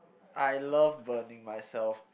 I love burning myself